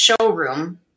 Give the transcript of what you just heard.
showroom